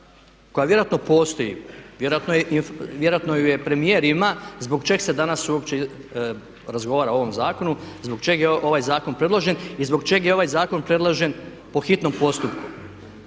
koja vjerojatno postoji, vjerojatno ju i premijer ima zbog čega se danas uopće razgovara o ovom zakonu, zbog čega je ovaj zakon predložen i zbog čega je ovaj zakon predložen po hitnom postupku.